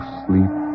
sleep